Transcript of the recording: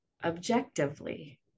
objectively